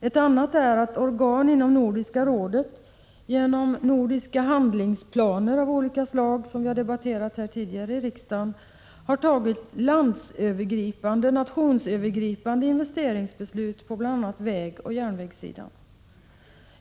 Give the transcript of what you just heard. Ett annat är att organ inom Nordiska rådet genom nordiska handlingsplaner av olika slag, som debatterats tidigare i riksdagen, tagit landsövergripande investeringsbeslut på bl.a. vägoch järnvägssidan.